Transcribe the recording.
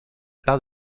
part